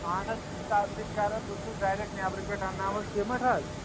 اہن حظ بہٕ چھُس تَتھ سۭتۍ کَران بہٕ چھُس ڈایریکٹ نٮ۪برٕ پٮ۪ٹھ اَنناوان سیٖمَٹ حظ